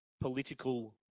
political